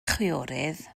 chwiorydd